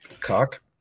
Cock